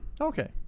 Okay